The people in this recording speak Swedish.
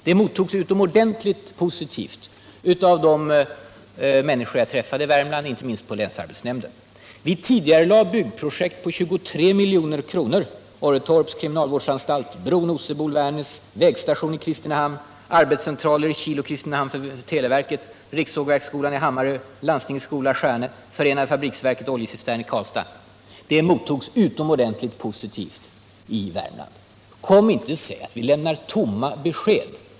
Det mottogs utomordentligt positivt av de människor jag träffade i Värmland, inte minst För det andra att vi hade tidigarelagt byggprojekt på 23 milj.kr., nämligen Orretorps kriminalvårdsanstalt, väg 234 Bro Osebol-Värnäs, vägstation i Kristinehamn, arbetscentraler i Kil och Kristinehamn för televerket, rikssågverksskolan i Hammarö, landstingets skola i Stjerne, oljecistern i Karlstad för förenade fabriksverken. Även detta mottogs utomordentligt positivt i Värmland. Kom inte och säg att vi lämnar tomma besked!